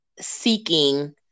seeking